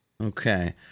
Okay